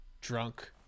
drunk